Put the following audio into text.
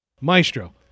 Maestro